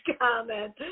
comment